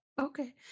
Okay